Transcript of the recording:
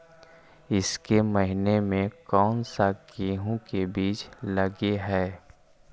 ईसके महीने मे कोन सा गेहूं के बीज लगे है?